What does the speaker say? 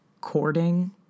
courting